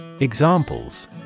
Examples